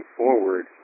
forward